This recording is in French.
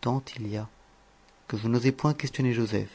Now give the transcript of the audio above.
tant il y a que je n'osai point questionner joseph